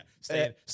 stay